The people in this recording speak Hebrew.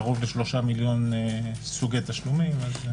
קרוב ל-3 מיליון סוגי תשלומים.